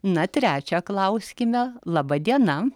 na trečią klauskime laba diena